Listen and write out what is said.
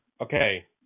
Okay